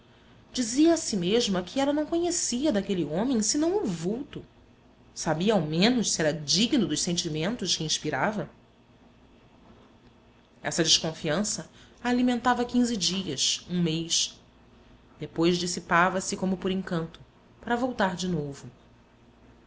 dizia a si mesma que ela não conhecia daquele homem senão o vulto sabia ao menos se era digno dos sentimentos que inspirava essa desconfiança a alimentava quinze dias um mês depois dissipava se como por encanto para voltar de novo